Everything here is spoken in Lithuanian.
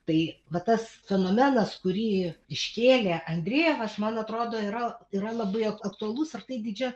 tai vat tas fenomenas kurį iškėlė andrejevas man atrodo yra yra labai ak aktualus ir tai didžia